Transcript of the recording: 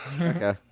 Okay